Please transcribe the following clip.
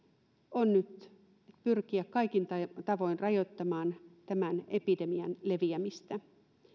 on nyt pyrkiä kaikin tavoin rajoittamaan tämän epidemian leviämistä